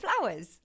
flowers